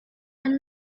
and